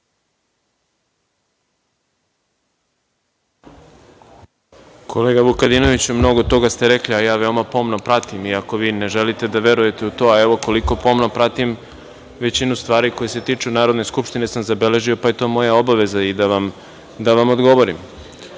Kolega Vukadinoviću, mnogo toga ste rekli, a ja veoma pomno pratim i ako vi ne želite da verujete u to, a koliko pomno pratim, većinu stvari koje se tiču Narodne skupštine ja sam zabeležio, pa je to moja obaveza i da vam odgovorim. Dakle,